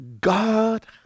God